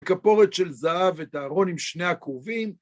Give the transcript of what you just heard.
כפורת של זהב ות'ארון עם שני הכרובים.